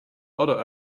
other